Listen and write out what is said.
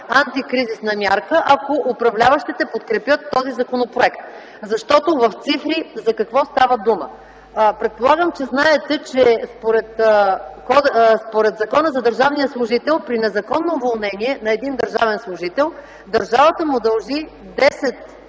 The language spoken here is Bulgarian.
антикризисна мярка, ако управляващите подкрепят този законопроект. За какво става дума в цифри? Предполагам знаете, че според Закона за държавния служител при незаконно уволнение на един държавен служител държавата му дължи